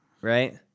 right